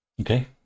Okay